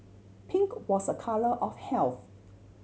pink was a colour of health